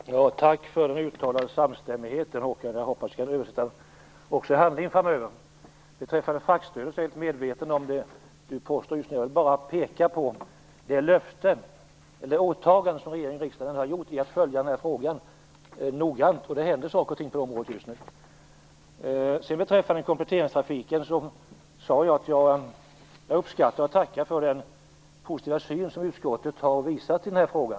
Fru talman! Tack för den uttalade samstämmigheten, Håkan Strömberg. Jag hoppas vi kan översätta den i handling också framöver. Jag är medveten om fraktstödet, och jag vill bara peka på det löfte eller åtagande som regeringen har gjort i och med att följa frågan noggrant. Det händer saker på det här området just nu. Jag sade att jag uppskattar, och tackar för, den positiva syn på kompletteringstrafiken som utskottet har visat.